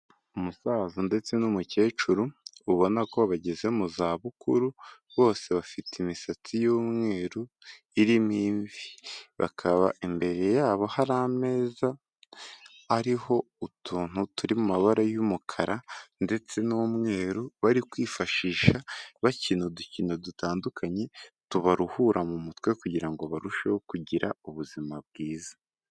Umusaza ndetse n'umukecuru ubona ko bageze mu zabukuru, bose bafite imisatsi y'umweru irimo imvi, bakaba imbere yabo hari ameza ariho utuntu turi mu mabara y'umukara ndetse n'umweru bari kwifashisha bakina udukino dutandukanye, tubaruhura mu mutwe kugira ngo barusheho kugira ubuzima bwiza.